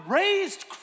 raised